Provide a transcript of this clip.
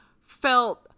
felt